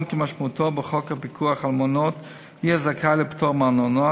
כמשמעותו בחוק הפיקוח על מעונות יהיה זכאי לפטור מארנונה,